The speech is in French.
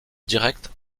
directe